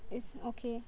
it's okay